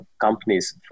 companies